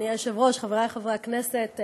התשע"ז 2017,